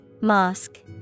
Mosque